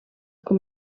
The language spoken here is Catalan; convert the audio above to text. com